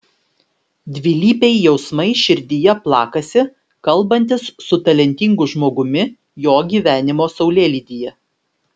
dvilypiai jausmai širdyje plakasi kalbantis su talentingu žmogumi jo gyvenimo saulėlydyje